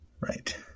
right